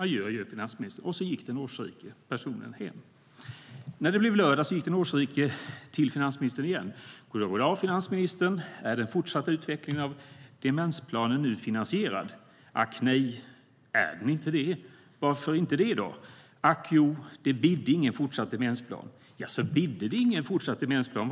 Adjö, adjö, finansministern! När det blev lördag gick den årsrike till finansministern igen.- Ack nej!- Ack jo, det bidde ingen fortsatt demensplan.- Jaså, bidde det ingen fortsatt demensplan?